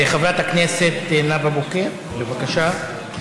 חברת הכנסת נאוה בוקר, בבקשה.